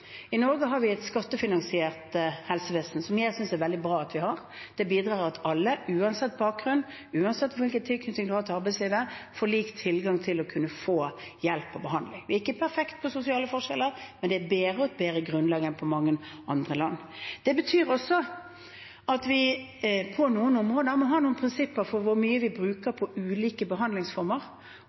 I Norge har vi et skattefinansiert helsevesen, som jeg synes det er veldig bra at vi har. Det bidrar til at alle, uansett bakgrunn, uansett hvilken tilknytning man har til arbeidslivet, får lik tilgang til å kunne få hjelp og behandling. Det er ikke perfekt med tanke på sosiale forskjeller, men det er bedre, og et bedre grunnlag, enn i mange andre land. Det betyr også at vi på noen områder må ha noen prinsipper for hvor mye vi bruker på ulike behandlingsformer.